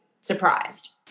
surprised